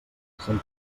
sant